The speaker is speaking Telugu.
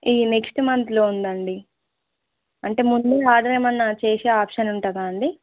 ఇది నెక్స్ట్ మంత్లో ఉందండి అంటే ముందు ఆర్డర్ ఏమైనా చేసే ఆప్షన్ ఉంటుందా అండి